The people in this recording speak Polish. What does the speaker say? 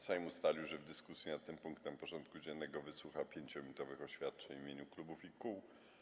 Sejm ustalił, że w dyskusji nad tym punktem porządku dziennego wysłucha 5-minutowych oświadczeń w imieniu klubów i kół.